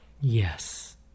Yes